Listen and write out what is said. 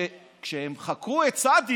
שכשהם חקרו את צ',